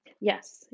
Yes